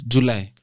July